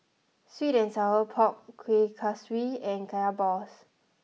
Sweet and Sour Pork Kueh Kaswi and Kaya Balls